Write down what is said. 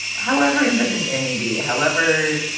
however important they may be. however,